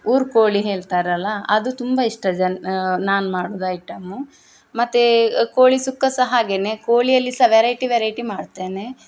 ಊರು ಕೋಳಿ ಹೇಳ್ತಾರಲ್ಲ ಅದು ತುಂಬ ಇಷ್ಟ ಜನ ನಾನು ಮಾಡೋದು ಐಟಮ್ ಮತ್ತೆ ಕೋಳಿ ಸುಕ್ಕ ಸಹಾ ಹಾಗೆಯೇ ಕೋಳಿಯಲ್ಲಿ ಸಹಾ ವೆರೈಟಿ ವೆರೈಟಿ ಮಾಡ್ತೇನೆ